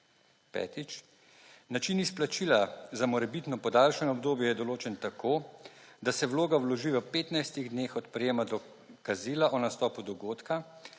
petič, način izplačila za morebitno podaljšano obdobje je določen tako, da se vloga vloži v 15. dneh od prejema dokazila o nastopu dogodka,